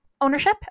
ownership